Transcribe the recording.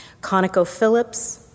ConocoPhillips